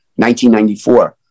1994